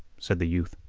said the youth.